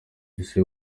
ngeso